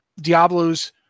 Diablo's